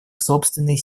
собственные